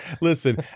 listen